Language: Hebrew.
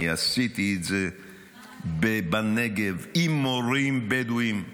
אני עשיתי את זה בנגב עם מורים בדואים,